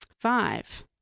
Five